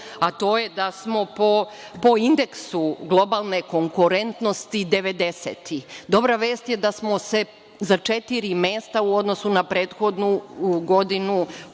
a to je da smo po indeksu globalne konkurentnosti devedeseti. Dobra vest je da smo se za četiri mesta u odnosu na prethodnu godinu